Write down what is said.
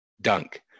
dunk